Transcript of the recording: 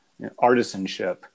artisanship